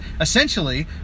essentially